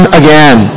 again